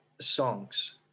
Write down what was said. songs